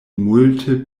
multe